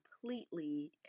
completely